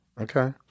Okay